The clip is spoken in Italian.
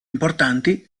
importanti